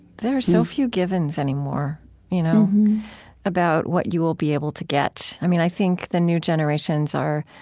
there are so few givens anymore you know about what you will be able to get. i mean, i think the new generations are,